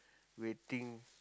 waiting